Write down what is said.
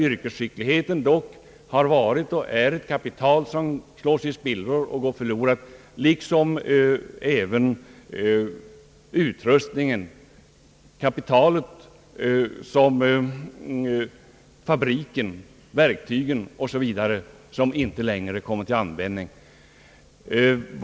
Yrkesskickligheten har dock varit och är ett kapital som slås i spillror och går förlorat liksom även utrustningen, kapitalet, fabriken, verktygen o. s. v. som inte längre kommer till användning.